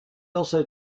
also